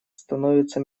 становится